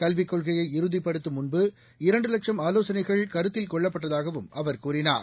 கல்விக் கொள்கையை இறுதிப்படுத்தும் முன்பு இரண்டு லட்சம் ஆலோசனைகள் கருத்தில் கொள்ளப்பட்டதாகவும் அவர் கூறினார்